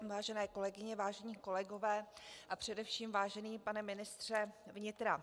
Vážené kolegyně, vážení kolegové a především vážený pane ministře vnitra.